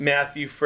Matthew